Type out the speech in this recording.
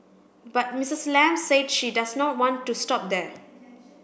but Mrs Lam said she does not want to stop there